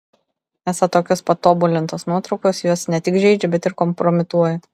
esą tokios patobulintos nuotraukos juos ne tik žeidžia bet ir kompromituoja